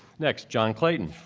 next, john clayton.